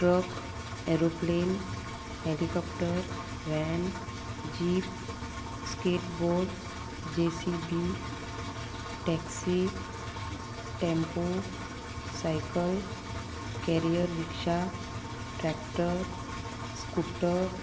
truck aeroplane helicopter van jeep skateboard J C B taxi tempo cycle carrier rickshaw tractor scooter